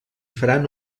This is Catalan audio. faran